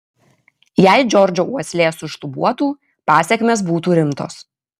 jei džordžo uoslė sušlubuotų pasekmės būtų rimtos